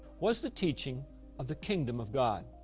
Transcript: was the teaching of the kingdom of god.